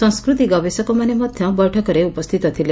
ସଂସ୍କୃତି ଗବେଷକମାନେ ମଧ୍ଧ ବୈଠକରେ ଉପସ୍ତିତ ଥିଲେ